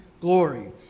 glory